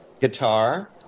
guitar